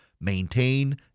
maintain